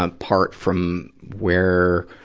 um part from where,